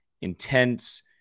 intense